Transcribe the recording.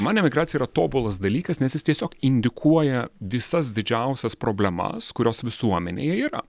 man emigracija yra tobulas dalykas nes jis tiesiog indikuoja visas didžiausias problemas kurios visuomenėje yra